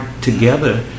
together